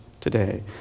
today